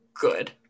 good